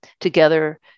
together